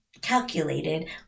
calculated